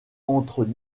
entre